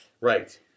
Right